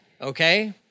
okay